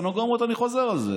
הסטנוגרמות, אני חוזר על זה: